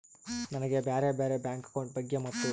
ನನಗೆ ಬ್ಯಾರೆ ಬ್ಯಾರೆ ಬ್ಯಾಂಕ್ ಅಕೌಂಟ್ ಬಗ್ಗೆ ಮತ್ತು?